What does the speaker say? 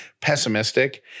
pessimistic